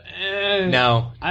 No